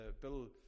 Bill